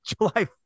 July